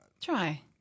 Try